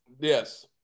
Yes